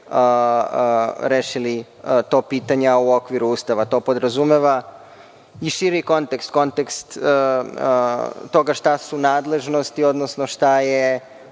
rešili to pitanje, a u okviru Ustava. To podrazumeva i širi kontekst. Kontekst toga šta su nadležnosti, šta su